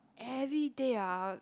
everyday ah